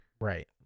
Right